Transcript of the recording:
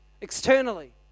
externally